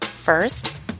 First